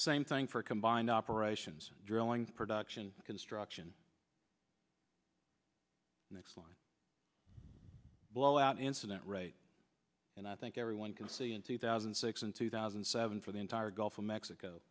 same thing for combined operations drilling production construction and excellent blowout incident rate and i think everyone can see in two thousand and six and two thousand and seven for the entire gulf of mexico